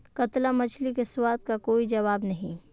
कतला मछली के स्वाद का कोई जवाब नहीं